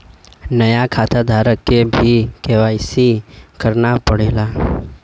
नया खाताधारक के भी के.वाई.सी करना पड़ला